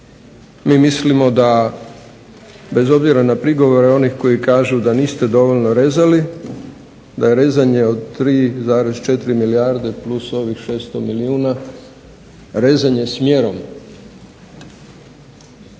mi mislimo da, bez obzira na prigovore onih koji kažu da niste dovoljno rezali, da je rezanje od 3,4 milijarde plus ovih 600 milijuna rezanje s mjerom.